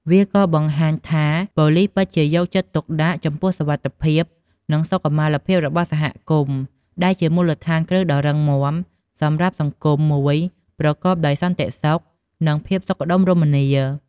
វាក៏ បង្ហាញថាប៉ូលីសពិតជាយកចិត្តទុកដាក់ចំពោះសុវត្ថិភាព និងសុខុមាលភាពរបស់សហគមន៍ ដែលជាមូលដ្ឋានគ្រឹះដ៏រឹងមាំសម្រាប់សង្គមមួយប្រកបដោយសន្តិសុខ និងភាពសុខដុមរមនា។